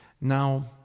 Now